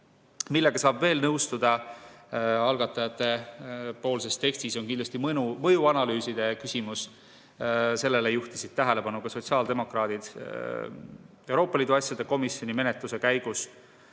Millega saab veel nõustuda algatajatepoolses tekstis, on kindlasti mõjuanalüüside küsimus. Sellele juhtisid tähelepanu ka sotsiaaldemokraadid Euroopa Liidu asjade komisjoni menetluse käigus.